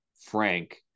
frank